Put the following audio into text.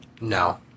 No